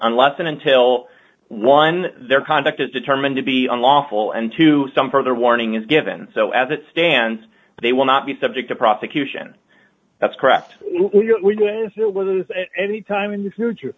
unless and until one their conduct is determined to be unlawful and to some further warning is given so as it stands they will not be subject to prosecution that's correct as it was anytime in the future